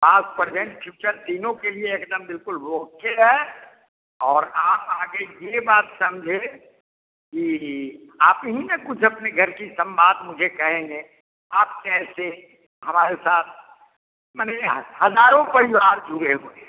past present future तीनों के लिए एकदम बिल्कुल ओके है और आ आगे यह बात समझें कि आप ही ना कुछ अपनी घर की संबाद मुझे कहेंगे आप कैसे हमारे साथ मने हज़ारों परिवार जुड़े हुए हैं